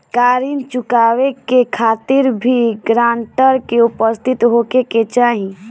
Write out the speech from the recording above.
का ऋण चुकावे के खातिर भी ग्रानटर के उपस्थित होखे के चाही?